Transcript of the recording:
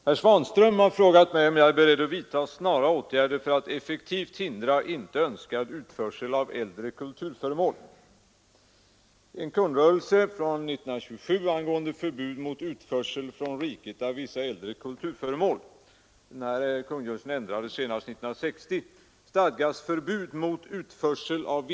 Herr talman! Herr Svanström har frågat mig om jag är beredd att vidta snara åtgärder för att effektivt hindra inte önskad utförsel av äldre kulturföremål.